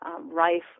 rife